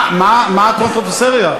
מה קונטרוברסלי?